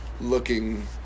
looking